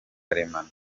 karemano